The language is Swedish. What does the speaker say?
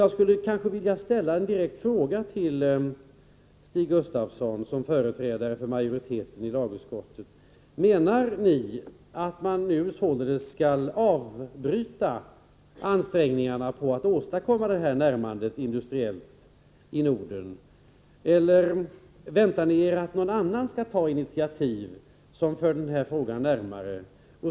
Jag skulle vilja ställa en direkt fråga till Stig Gustafsson som företrädare för majoriteten i lagutskottet: Menar ni att man nu skall avbryta ansträngningarna för att i Norden åstadkomma ett industriellt närmande, eller väntar ni er att någon annan skall ta initiativ som för frågan vidare?